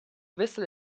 whistle